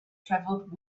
travelled